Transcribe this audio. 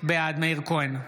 בעד מאיר כהן,